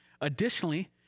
Additionally